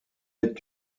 est